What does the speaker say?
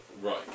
Right